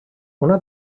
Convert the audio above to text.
una